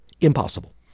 Impossible